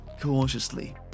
cautiously